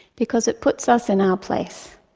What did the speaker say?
because it puts us in our place.